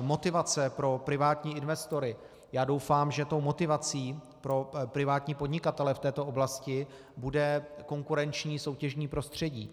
motivace pro privátní investory, doufám, že tou motivací pro privátní podnikatele v této oblasti bude konkurenční soutěžní prostředí.